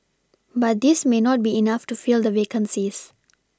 but this may not be enough to fill the vacancies